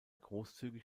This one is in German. großzügig